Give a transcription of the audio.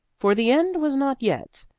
for the end was not yet.